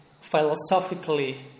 philosophically